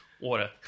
water